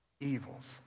evil's